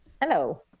Hello